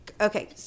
okay